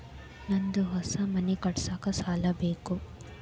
ನಂದು ಹೊಸ ಮನಿ ಕಟ್ಸಾಕ್ ಸಾಲ ಬೇಕು